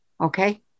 okay